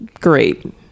great